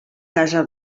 casa